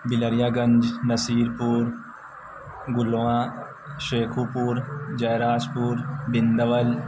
Bilariya Ganj Nasirpur Gulwan Shekhupur Jairajpur Bandbal